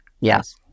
yes